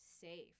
safe